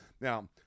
Now